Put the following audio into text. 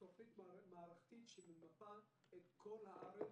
תוכנית מערכתית שממפה את כל הארץ: